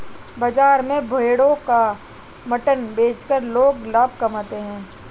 बाजार में भेड़ों का मटन बेचकर लोग लाभ कमाते है